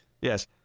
Yes